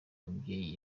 umubyeyi